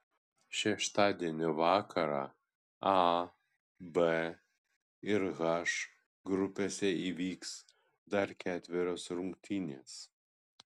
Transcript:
šeštadienio vakarą a b ir h grupėse įvyks dar ketverios rungtynės